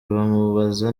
bamubaza